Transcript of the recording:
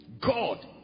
God